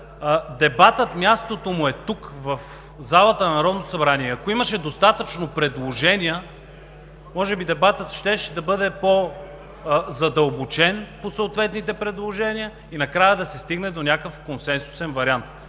дебата мястото му е тук, в залата на Народното събрание. Ако имаше достатъчно предложения, може би дебатът щеше да бъде по-задълбочен по съответните предложения и накрая да се стигне до някакъв консенсусен вариант.